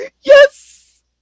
yes